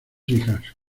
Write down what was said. hijas